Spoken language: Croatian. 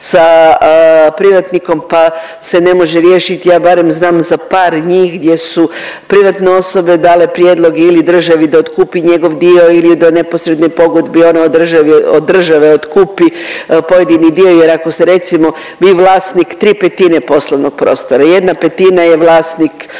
sa privatnikom pa se ne može riješiti, ja barem znam za par njih gdje su privatne osobe dale prijedlog ili državi da otkupi njegov dio ili da u neposrednoj pogodbi on od države otkupi pojedini dio jer ako ste recimo vi vlasnik 3/5 poslovnog prostora 1/5 je vlasnik